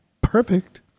perfect